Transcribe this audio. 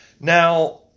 Now